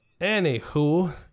Anywho